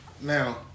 Now